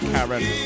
Karen